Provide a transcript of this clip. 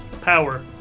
Power